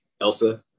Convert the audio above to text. Elsa